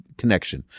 connection